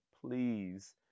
Please